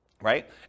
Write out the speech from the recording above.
right